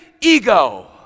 ego